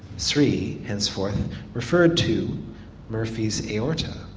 sri henceforth referred to murphy's aorta,